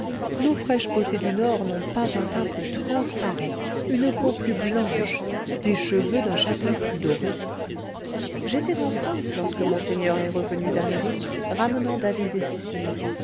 nos fraîches beautés du nord n'ont pas un teint plus transparent une peau plus blanche des cheveux d'un châtain plus doré j'étais en france lorsque monseigneur est revenu d'amérique ramenant david et cecily